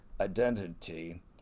identity